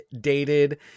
dated